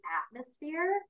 atmosphere